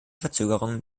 verzögerungen